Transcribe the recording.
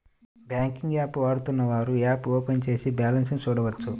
banking app వాడుతున్నవారు app open చేసి balance చూడొచ్చు